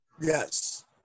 Yes